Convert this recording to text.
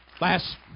last